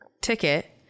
ticket